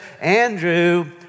Andrew